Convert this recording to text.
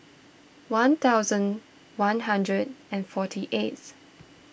one thousand one hundred and forty eighth